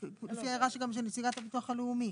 לפי הערה גם של הנציגה של הביטוח הלאומי.